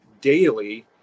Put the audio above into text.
daily